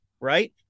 right